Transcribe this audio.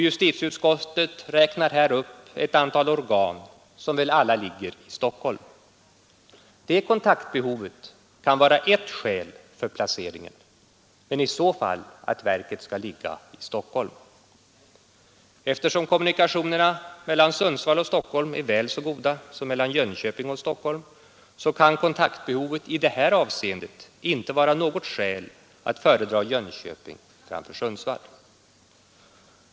Justitieutskottet räknar här upp ett antal organ som väl alla ligger i Stockholm. Det kontaktbehovet kan vara ett skäl för placeringen — men i så fall för att verket skall ligga i Stockholm. Eftersom kommunikationerna Sundsvall—Stockholm är väl så goda som kommunikationerna Jönköping—-Stockholm kan kontaktbehovet i det här avseendet inte vara något skäl att föredra Jönköping framför Sundsvall.